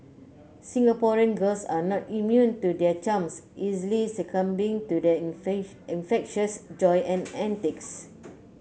Singaporean girls are not immune to their charms easily succumbing to their infectious joy and antics